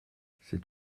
c’est